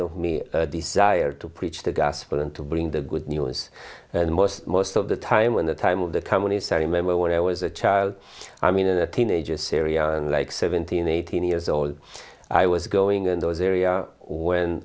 of me desire to preach the gospel and to bring the good news and most most of the time when the time of the companies i remember when i was a child i mean in a teenager syria and like seventeen eighteen years old i was going in those area when